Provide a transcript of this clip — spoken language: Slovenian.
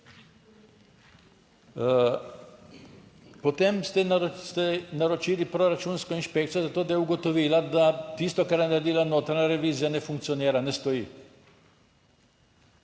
Potem ste naročili proračunsko inšpekcijo za to, da je ugotovila, da tisto, kar je naredila notranja revizija ne funkcionira, ne stoji.